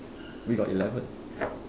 we got eleven